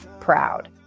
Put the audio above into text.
Proud